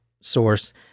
source